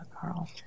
Carl